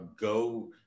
go